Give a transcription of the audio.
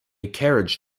carriage